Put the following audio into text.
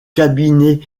cabinet